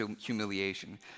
humiliation